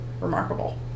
remarkable